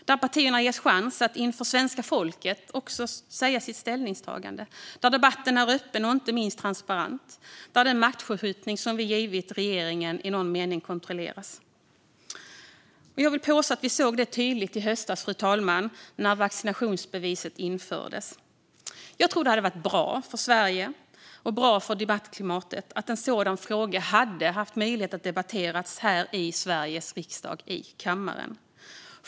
Där ges partierna en chans att inför svenska folket göra sitt ställningstagande. Där är debatten öppen och inte minst transparent. Där kontrolleras den förskjutning av makten som vi i någon mening givit regeringen. Fru talman! Jag vill påstå att vi i höstas såg det tydligt när vaccinationsbeviset infördes. Det hade varit bra för Sverige och debattklimatet att vi i kammaren här i Sveriges riksdag hade haft möjlighet att debattera en sådan fråga.